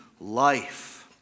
life